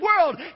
world